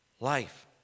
life